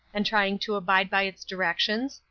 and trying to abide by its directions,